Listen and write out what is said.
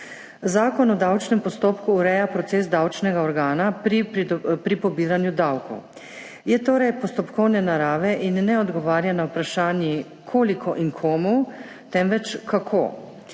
Zakon o davčnem postopku ureja proces davčnega organa pri pobiranju davkov. Je torej postopkovne narave in ne odgovarja na vprašanji, koliko in komu, temveč kako.